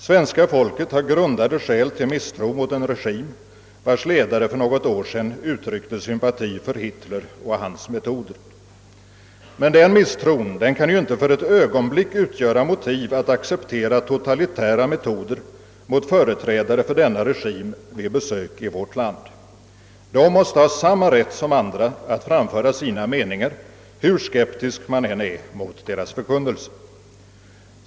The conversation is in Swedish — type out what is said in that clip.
Svenska folket har grundade skäl till misstro mot en regim vars ledare för något år sedan uttryckte sympati för Hitler och hans metoder, men den misstron kan ju inte för ett ögonblick utgöra motiv för att acceptera totalitära metoder mot företrädare för denna regim vid besök i vårt land. De måste ha samma rätt som andra att framföra sina meningar, hur skeptisk man än är mot deras förkunnelse.